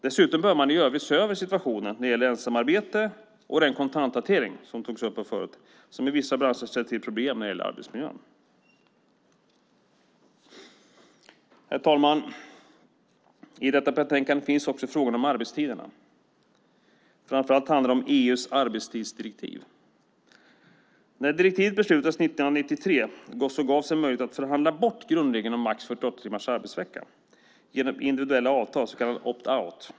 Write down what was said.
Dessutom behöver man se över situationen när det gäller ensamarbete och den kontanthantering, som togs upp här förut, som i vissa branscher ställer till problem när det gäller arbetsmiljön. Herr talman! I detta betänkande finns också frågan om arbetstiderna. Framför allt handlar det om EU:s arbetstidsdirektiv. När direktivet beslutades 1993 gavs en möjlighet att förhandla bort grundregeln om maximalt 48 timmars arbetsvecka genom individuella avtal, så kallade opt-out.